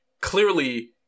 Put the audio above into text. clearly